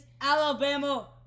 Alabama